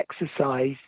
exercise